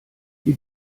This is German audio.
die